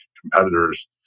competitors